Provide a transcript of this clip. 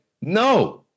No